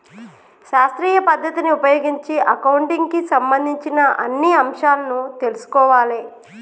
శాస్త్రీయ పద్ధతిని ఉపయోగించి అకౌంటింగ్ కి సంబంధించిన అన్ని అంశాలను తెల్సుకోవాలే